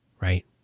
right